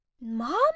Mom